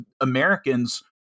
Americans